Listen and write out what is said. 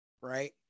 right